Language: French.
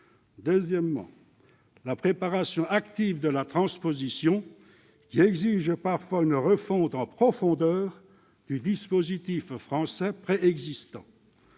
Deuxièmement, la préparation active de la transposition, qui exige parfois une refonte en profondeur du dispositif français préexistant.